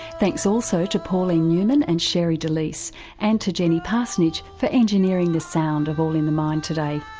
thanks also to pauline newman and sherre delys and to jenny parsonage for engineering the sound of all in the mind today.